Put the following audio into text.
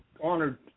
honored